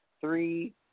three